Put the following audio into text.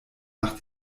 nach